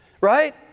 right